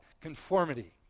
conformity